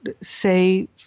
say